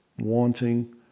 wanting